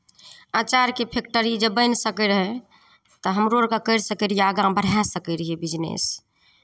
अँचारके factory जे बनि सकैत रहै तऽ हमरो अर करि सकैत रहियै आगाँ बढ़ाय सकैत रहियै बिजनेस